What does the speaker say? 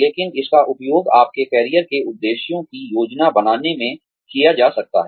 लेकिन इसका उपयोग आपके कैरियर के उद्देश्यों की योजना बनाने में किया जा सकता है